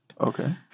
Okay